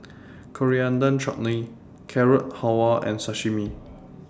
Coriander Chutney Carrot Halwa and Sashimi